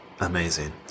amazing